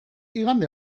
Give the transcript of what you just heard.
igande